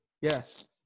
Yes